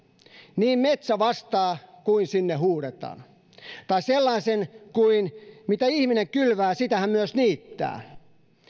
niin metsä vastaa kuin sinne huudetaan tai sellaisen sanonnan kuin mitä ihminen kylvää sitä hän myös niittää